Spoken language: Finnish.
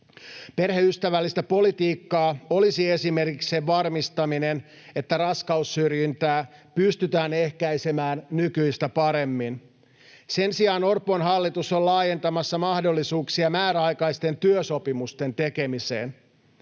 Perheystävällistä politiikkaa olisi esimerkiksi sen varmistaminen, että raskaussyrjintää pystytään ehkäisemään nykyistä paremmin. Sen sijaan Orpon hallitus on laajentamassa mahdollisuuksia määräaikaisten työsopimusten tekemiseen.